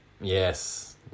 Yes